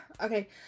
Okay